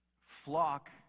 flock